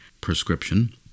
prescription